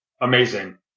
Amazing